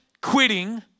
quitting